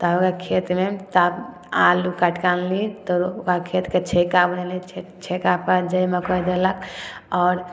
तब वा खेतमे तब आलू काटिकऽ आनली तऽ रो ओकरा खेतके छेका बनैली छे छेकापर जाहिमे ओकरा देलक आओर